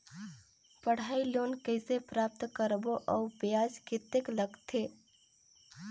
पढ़ाई लोन कइसे प्राप्त करबो अउ ब्याज कतेक लगथे?